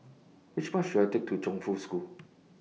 Which Bus should I Take to Chongfu School